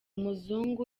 muzungu